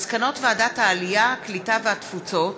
מסקנות ועדת העלייה, הקליטה והתפוצות